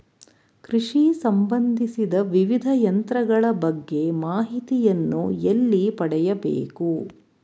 ಕೃಷಿ ಸಂಬಂದಿಸಿದ ವಿವಿಧ ಯಂತ್ರಗಳ ಬಗ್ಗೆ ಮಾಹಿತಿಯನ್ನು ಎಲ್ಲಿ ಪಡೆಯಬೇಕು?